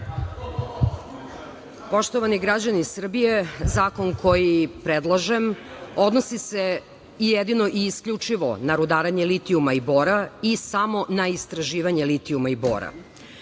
Poštovani građani Srbije, zakon koji predlažem odnosi se jedino i isključivo na rudarenje litijuma i bora i samo na istraživanje litijuma i bora.